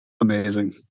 amazing